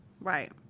right